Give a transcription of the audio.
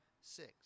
six